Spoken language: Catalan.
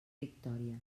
victòria